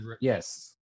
Yes